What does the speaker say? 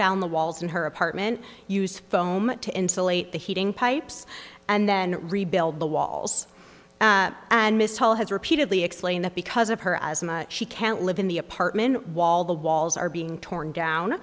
down the walls in her apartment use foam to insulate the heating pipes and then rebuild the walls and mrs hall has repeatedly explained that because of her asthma she can't live in the apartment while the walls are being torn down